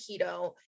keto